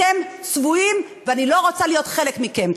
אתם צבועים, ואני לא רוצה להיות חלק מכם.